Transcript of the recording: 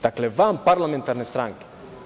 Dakle, vanparlamentarne stranke.